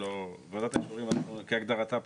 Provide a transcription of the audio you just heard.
ועדת האישורים כהגדרתה פה.